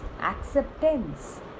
acceptance